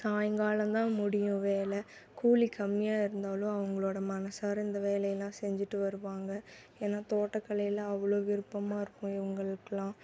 சாயங்காலம் தான் முடியும் வேலை கூலி கம்மியாக இருந்தாலும் அவங்களோட மனசார இந்த வேலை எல்லாம் செஞ்சுட்டு வருவாங்க ஏன்னா தோட்டக்கலையில் அவ்வளோ விருப்பமாக இருக்கும் இவங்களுக்கெல்லாம்